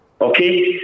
okay